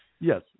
Yes